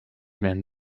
werden